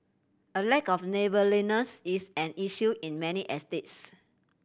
a lack of neighbourliness is an issue in many estates